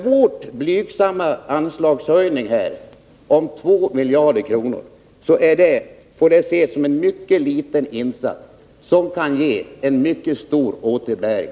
Vår blygsamma anslagshöjning på 2 milj.kr. får ses såsom en mycket liten insats, som dock kan ge stor återbäring.